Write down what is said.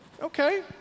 Okay